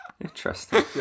Interesting